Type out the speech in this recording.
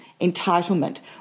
entitlement